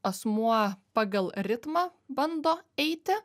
asmuo pagal ritmą bando eiti